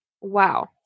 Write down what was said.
Wow